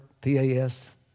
P-A-S